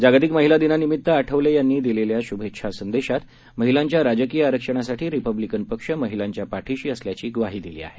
जागतिक महिला दिनानिमित्त आठवले यांनी दिलेल्या शुभेच्छा संदेशात महिलांच्या राजकीय आरक्षणासाठी रिपब्लिकन पक्ष महिलांच्या पाठीशी असल्याची ग्वाही दिली आहे